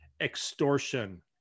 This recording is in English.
extortion